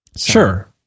Sure